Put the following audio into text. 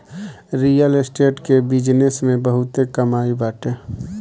real estate के business में बहुते कमाई बाटे